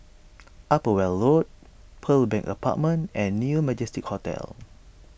Upper Weld Road Pearl Bank Apartment and New Majestic Hotel